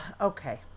Okay